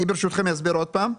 ברשותכם אני אסביר עוד פעם.